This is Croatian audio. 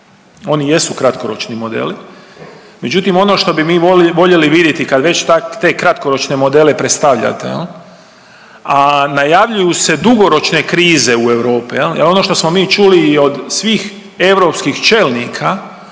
oni jesu kratkoročni modeli, međutim ono što bi mi voljeli vidjeti kad već te kratkoročne modele predstavljate jel, a najavljuju se dugoročne krize u Europi jel i ono što smo mi čuli od svih europskih čelnika